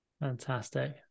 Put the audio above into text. Fantastic